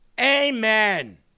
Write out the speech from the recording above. Amen